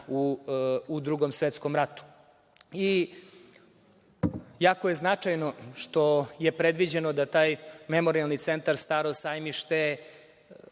u Drugom svetskom ratu. Jako je značajno što je predviđeno da taj Memorijalni centar „Staro sajmište“